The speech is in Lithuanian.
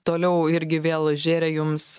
toliau irgi vėl žėrė jums